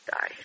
die